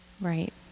right